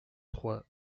trois